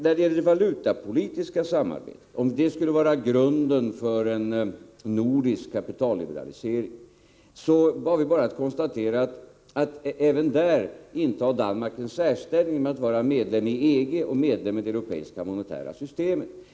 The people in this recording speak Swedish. När det gäller frågan om det valutapolitiska samarbetet och om det skulle vara grunden för en nordisk kapitalliberalisering är det bara att konstatera att även i det avseendet intar Danmark en särställning genom att man är med både i EG och i det europeiska monetära systemet, EMS.